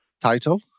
title